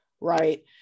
right